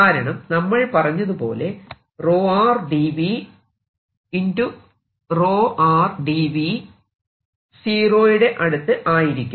കാരണം നമ്മൾ പറഞ്ഞത് പോലെ dV dV0 ആയിരിക്കും